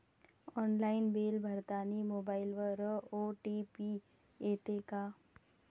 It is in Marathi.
ऑनलाईन बिल भरतानी मोबाईलवर ओ.टी.पी येते का?